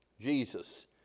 Jesus